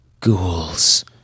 Ghouls